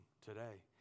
today